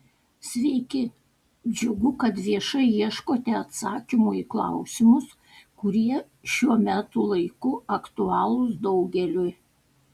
sveiki džiugu kad viešai ieškote atsakymų į klausimus kurie šiuo metų laiku aktualūs daugeliui